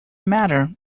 matter